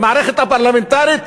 המערכת הפרלמנטרית,